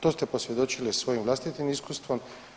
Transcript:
To ste posvjedočili svojim vlastitim iskustvom.